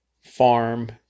farm